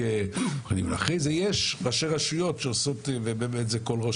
ואחרי זה יש ראשי רשויות שעושות וכל ראש